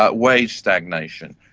ah wage stagnation,